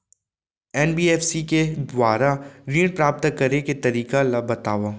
NBFC के दुवारा ऋण प्राप्त करे के तरीका ल बतावव?